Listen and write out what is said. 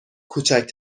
کوچک